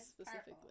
specifically